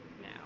now